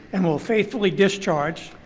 and will faithfully discharge.